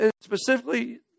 Specifically